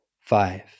five